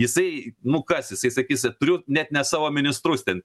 jisai nu kas jisai sakys turiu net ne savo ministrus ten